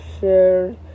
shared